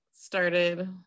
started